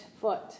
foot